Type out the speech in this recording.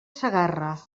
segarra